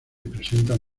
presentan